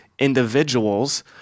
individuals